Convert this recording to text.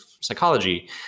psychology